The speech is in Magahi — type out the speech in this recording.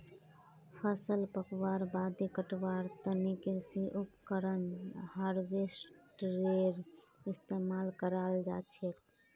फसल पकवार बादे कटवार तने कृषि उपकरण हार्वेस्टरेर इस्तेमाल कराल जाछेक